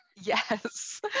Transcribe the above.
Yes